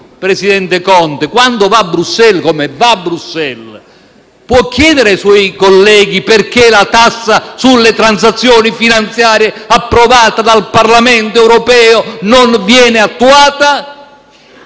Presidente Conte, quando va a Bruxelles, può chiedere ai suoi colleghi perché la tassa sulle transazioni finanziarie, approvata dal Parlamento europeo, non viene attuata?